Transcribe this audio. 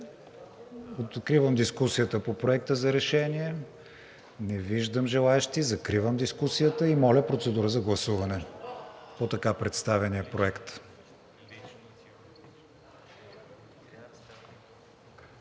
Откривам дискусията по Проекта за решение. Не виждам желаещи. Закривам дискусията. Моля, процедура по гласуване на така представения проект.